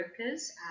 workers